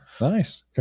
nice